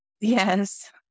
Yes